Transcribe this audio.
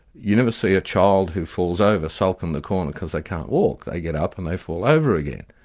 you never see a child who falls over sulk in the corner cause they can't walk, they get up and they fall over again.